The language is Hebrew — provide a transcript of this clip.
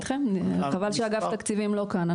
חבל שאגף תקציבים לא כאן.